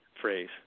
phrase